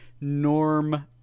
Norm